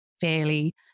fairly